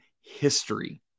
history